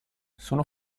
sono